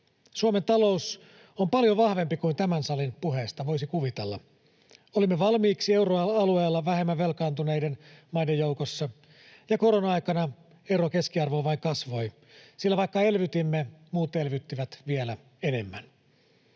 Suomen talous on paljon vahvempi kuin tämän salin puheista voisi kuvitella. Olimme valmiiksi euroalueella vähemmän velkaantuneiden maiden joukossa, ja korona-aikana ero keskiarvoon vain kasvoi, sillä vaikka elvytimme, muut elvyttivät vielä enemmän.